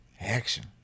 Action